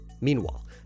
Meanwhile